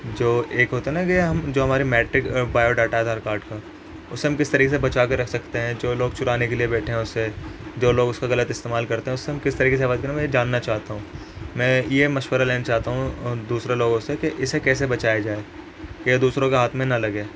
جو ایک ہوتا ہے نا کہ ہم جو ہمارے میٹرک بایو ڈاٹا ہے آدھار کارڈ کا اسے ہم کس طریقے سے ہم بچا کے رکھ سکتے ہیں جو لوگ چرانے کے لیے بیٹھے ہیں اسے جو لوگ اس کا غلط استعمال کرتے ہیں اس سے ہم کس طریقے سے حفاظت کریں میں جاننا چاہتا ہوں میں یہ مشورہ لینا چاہتا ہوں دوسرے لوگوں سے کہ اسے کیسے بچایا جائے کہ یہ دوسروں کے ہاتھ میں نہ لگے